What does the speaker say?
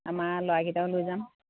আমাৰ ল'ৰাকেইটাও লৈ যাম